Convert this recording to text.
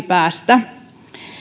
päästä läpi